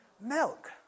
milk